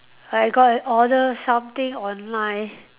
I got an order something online